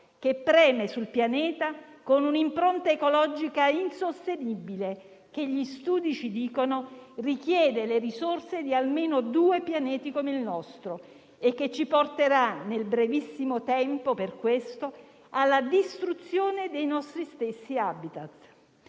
che preme sul pianeta con un'impronta ecologica insostenibile, che - come ci dicono gli studi - richiede le risorse di almeno due pianeti come il nostro e che ci porterà nel brevissimo tempo alla distruzione dei nostri stessi *habitat*.